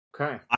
Okay